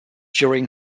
during